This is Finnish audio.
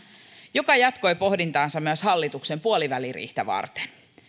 joka jatkoi pohdintaansa myös hallituksen puoliväliriihtä varten